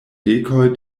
dekoj